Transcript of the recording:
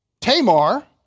Tamar